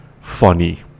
funny